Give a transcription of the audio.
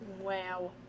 Wow